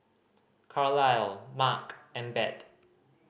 Carlyle Mack and Bette